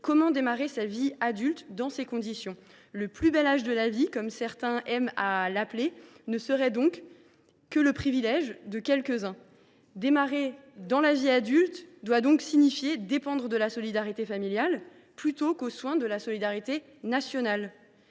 Comment démarrer sa vie adulte dans ces conditions ? Le « plus bel âge de la vie », comme certains aiment à l’appeler, ne serait donc que le privilège de quelques uns ? Démarrer dans la vie adulte doit donc signifier dépendre de la solidarité familiale plutôt que de la solidarité nationale